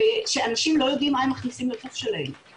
שאנשים לא יודעים מה הם מכניסים לגוף שלהם,